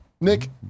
Nick